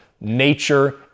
nature